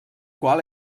qual